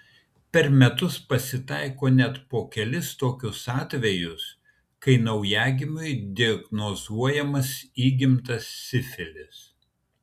per metus pasitaiko net po kelis tokius atvejus kai naujagimiui diagnozuojamas įgimtas sifilis